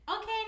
Okay